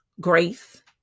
grace